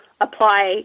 apply